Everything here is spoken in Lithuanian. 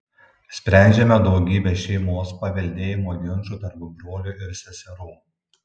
sprendžiame daugybę šeimos paveldėjimo ginčų tarp brolių ir seserų